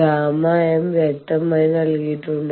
Γm വ്യക്തമായി നൽകിയിട്ടുണ്ട്